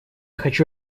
хочу